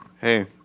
Hey